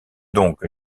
donc